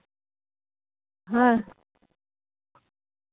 ᱦᱮᱸ